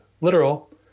literal